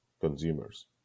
consumers